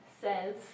says